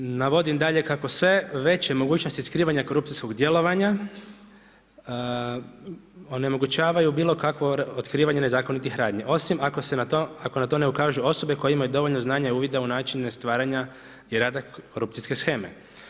Navodim dalje kako sve veće mogućnosti skrivanja korupcijskog djelovanja onemogućavaju bilo kakvo otkrivanje nezakonitih radnji, osim ako na to ne ukažu osobe koje imaju dovoljno znanja i uvida u načine stvaranja i rada korupcijske sheme.